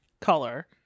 color